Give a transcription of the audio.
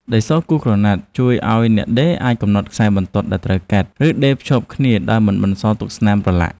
ដីសគូសក្រណាត់ជួយឱ្យអ្នកដេរអាចកំណត់ខ្សែបន្ទាត់ដែលត្រូវកាត់ ឬដេរភ្ជាប់គ្នាដោយមិនបន្សល់ទុកស្នាមប្រឡាក់។